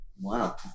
Wow